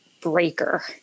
breaker